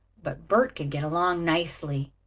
but bert could get along nicely,